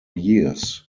years